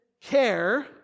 care